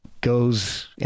goes